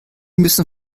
müssen